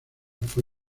fue